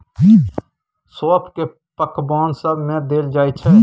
सौंफ केँ पकबान सब मे देल जाइ छै